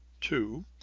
Two